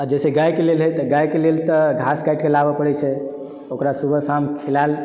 आओर जैसे गायके लेल है तऽ गायके लेल तऽ घास काटिके लाबय पड़ैत छै ओकरा सुबह शाम खिलायल